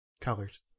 Colors